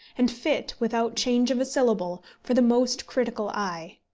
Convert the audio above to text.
and fit, without change of a syllable, for the most critical eye.